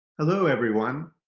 hello everyone!